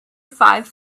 five